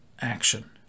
action